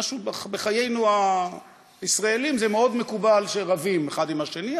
ובחיינו הישראלים זה מקובל מאוד שרבים אחד עם השני,